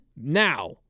Now